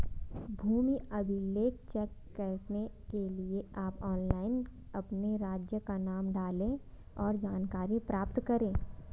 भूमि अभिलेख चेक करने के लिए आप ऑनलाइन अपने राज्य का नाम डालें, और जानकारी प्राप्त करे